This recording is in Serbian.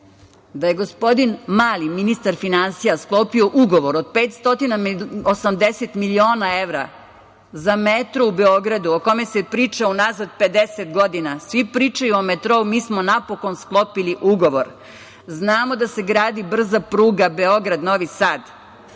da je gospodin Mali, ministar finansija, sklopio ugovor od 580 miliona evra za metro u Beogradu, o kome se priča unazad 50 godina. Svi pričaju o metrou, mi smo napokon sklopili ugovor. Znamo da se gadi brza pruga Beograd-Novi Sad.